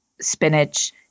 spinach